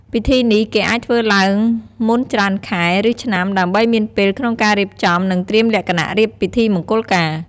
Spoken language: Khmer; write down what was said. ពិធីនេះ គេអាចធ្វើឡើងមុនច្រើនខែ ឬឆ្នាំ ដើម្បីមានពេលក្នុងការរៀបចំ និងត្រៀមលក្ខណៈរៀបពិធីមង្គលការ។